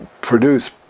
produce